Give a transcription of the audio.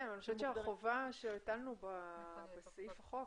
אני חושבת שהחובה שהטלנו בסעיף החוק,